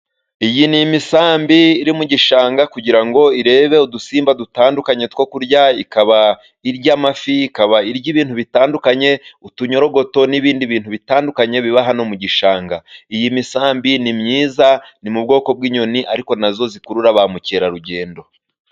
Iyi ni imisambi iri mu gishanga, kugira ngo irebe udusimba dutandukanye two kurya; ikaba irya amafi, ikaba iry' ibintu bitandukanye, utunyorogoto n' ibindi bintu bitandukanye biba hano mu gishanga; iyi misambi ni myiza ni mu bwoko bw' inyoni, ariko nazo zikurura ba mukerarugendo.